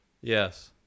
Yes